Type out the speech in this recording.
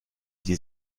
die